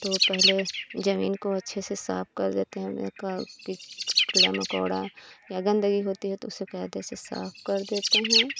तो पहले जमीन को अच्छे से साफ कर देते हैं कीड़ा मकौड़ा या गंदगी होती है तो उसे कायदे से साफ कर देते हैं